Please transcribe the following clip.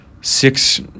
six